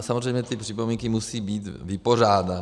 Samozřejmě ty připomínky musí být vypořádány.